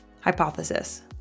Hypothesis